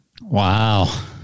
Wow